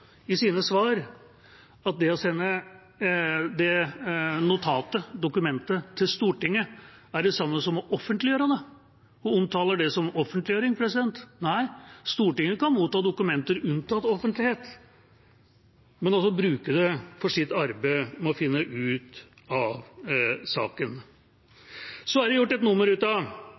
i sine svar, at det å sende det notatet, dokumentet, til Stortinget er det samme som å offentliggjøre det – hun omtaler det som offentliggjøring. Nei, Stortinget kan motta dokumenter unntatt offentlighet, men bruke det i sitt arbeid for å finne ut av saken. Så er det fra arbeidsministerens og statsministerens side gjort et nummer av